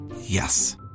Yes